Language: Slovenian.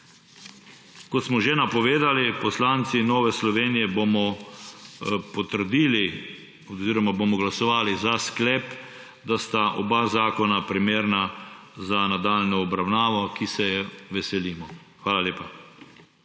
Kot smo že napovedali, poslanci Nove Slovenije bomo potrdili oziroma bomo glasovali za sklep, da sta oba zakona primerna za nadaljnjo obravnavo, ki se je veselimo. Hvala lepa.